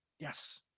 Yes